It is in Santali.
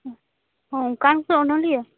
ᱦᱩᱸ ᱚᱱᱠᱟᱱᱠᱚ ᱚᱱᱚᱞᱤᱭᱟᱹ